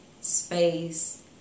space